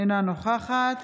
אינה נוכחת